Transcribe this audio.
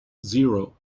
zero